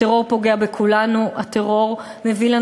הטרור פוגע בכולנו, הטרור מביא את